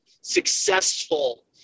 successful